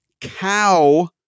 cow